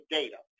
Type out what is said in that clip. data